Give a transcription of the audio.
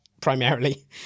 primarily